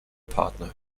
partner